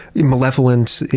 malevolent,